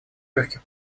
легких